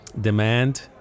demand